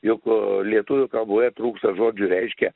juk lietuvių kalboje trūksta žodžių reiškia